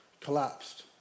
collapsed